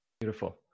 Beautiful